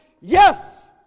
yes